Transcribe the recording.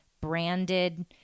branded